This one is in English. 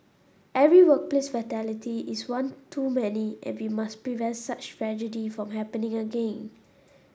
every workplace fatality is one too many and we must prevent such tragedy from happening again